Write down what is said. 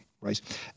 Right